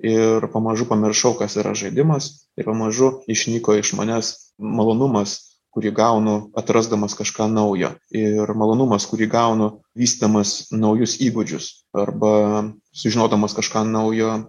ir pamažu pamiršau kas yra žaidimas ir pamažu išnyko iš manęs malonumas kurį gaunu atrasdamas kažką naujo ir malonumas kurį gaunu vystydamas naujus įgūdžius arba sužinodamas kažką naujo